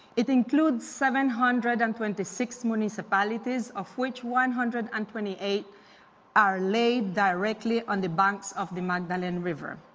it includes seven hundred and twenty six municipalities of which one hundred and twenty eight are laid directly on the banks of the magdalene river.